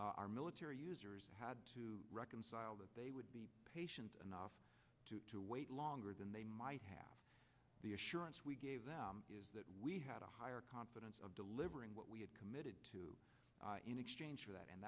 our military had to reconcile that they would be patient enough to wait longer than they might have the assurance we gave up is that we had a higher confidence of delivering what we had committed to in exchange for that and